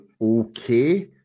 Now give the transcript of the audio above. okay